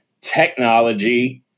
technology –